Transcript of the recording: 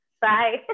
Bye